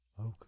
Okay